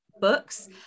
books